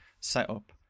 setup